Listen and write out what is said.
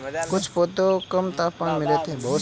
कुछ पौधे कम तापमान में रहते हैं